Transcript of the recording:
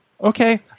Okay